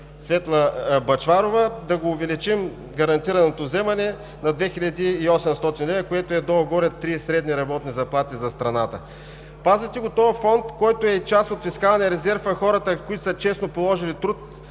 Светла Бъчварова – да увеличим гарантираното вземане на 2800 лв., което е долу-горе три средни работни заплати за страната. Пазите този Фонд, който е част от фискалния резерв, а хората, които честно са положили труд,